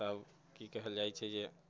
तऽ की कहल जाइत छै जे